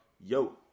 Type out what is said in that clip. Yo